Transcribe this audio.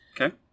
Okay